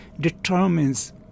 determines